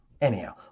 anyhow